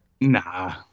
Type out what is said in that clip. Nah